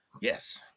Yes